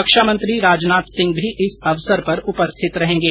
रक्षामंत्री राजनाथ सिंह भी इस अवसर पर उपस्थित रहेंगे